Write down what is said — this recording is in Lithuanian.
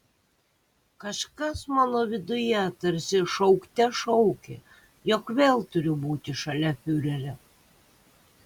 kažkas mano viduje tarsi šaukte šaukė jog vėl turiu būti šalia fiurerio